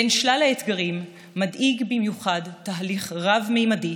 בין שלל האתגרים מדאיג במיוחד תהליך רב-ממדי